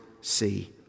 see